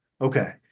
okay